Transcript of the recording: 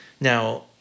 Now